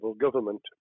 government